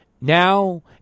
now